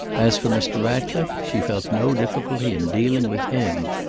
as for mr. ratcliffe, she felt no difficulty in dealing with him.